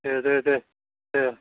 दे दे दे दे